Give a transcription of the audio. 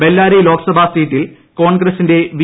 ബെല്ലാരി ലോക്സഭ സീറ്റിൽ കോൺഗ്രസിന്റെ വി